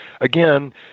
again